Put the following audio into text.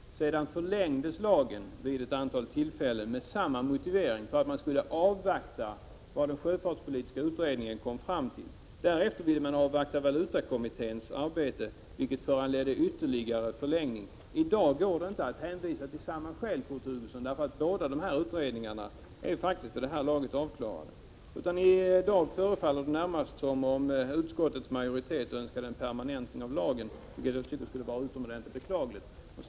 Sedan förlängdes lagen vid ett antal tillfällen med samma motivering, nämligen att man skulle avvakta vad den sjöfartspolitiska utredningen kom fram till. Därefter ville man avvakta valutakommitténs arbete, vilket föranledde ytterligare förlängning. I dag går det inte att hänvisa till samma skäl, Kurt Hugosson, eftersom båda dessa utredningar är avklarade. I dag förefaller det närmast som om utskottets majoritet önskade en permanentning av lagen, vilket jag anser skulle vara utomordentligt beklagligt.